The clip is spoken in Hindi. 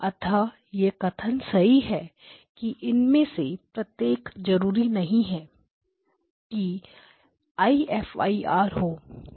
अतः यह कथन सही है कि इनमें से प्रत्येक जरूरी नहीं कि I F I R IFIR हो